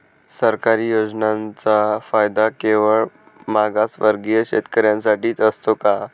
सरकारी योजनांचा फायदा केवळ मागासवर्गीय शेतकऱ्यांसाठीच असतो का?